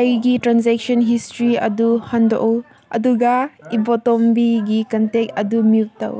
ꯑꯩꯒꯤ transaction history ꯑꯗꯨ ꯍꯥꯡꯗꯣꯛꯎ ꯑꯗꯨꯒ ꯏꯕꯣꯇꯣꯝꯕꯤ ꯒꯤ ꯀꯟꯇꯦꯛ ꯑꯗꯨ ꯃ꯭ꯌꯨꯠ ꯇꯧ